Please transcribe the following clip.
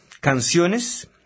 canciones